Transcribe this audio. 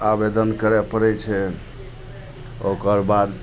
आवेदन करै पड़ै छै ओकरबाद